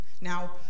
Now